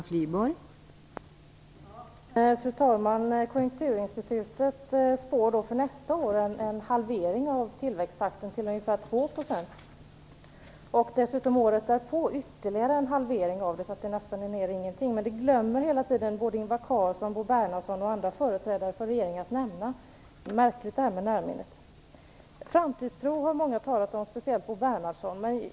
Fru talman! Konjunkturinstitutet spår för nästa år en halvering av utvecklingstakten till ungefär 2 %, och för året därpå ytterligare en halvering. Då är den nere i nästan ingenting. Men det glömmer hela tiden både Ingvar Carlsson, Bo Bernhardsson och andra förträdare för regeringen att nämna. Märkligt det här med närminnet! Framtidstro har många talat om, speciellt Bo Bernhardsson.